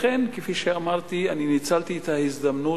לכן, כפי שאמרתי, ניצלתי את ההזדמנות.